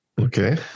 Okay